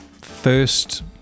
first